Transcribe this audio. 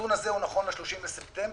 הנתון הזה הוא נכון ל-30 בספטמבר,